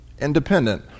Independent